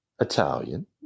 Italian